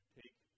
take